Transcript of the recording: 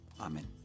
amen